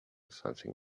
something